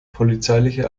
polizeiliche